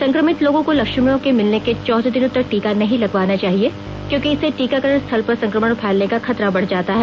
संक्रमित लोगों को लक्षणों के मिलने के चौदह दिनों तक टीका नही लगवाना चाहिए क्योंकि इससे टीकाकरण स्थल पर संक्रमण फैलने का खतरा बढ जाता है